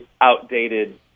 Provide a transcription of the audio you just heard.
outdated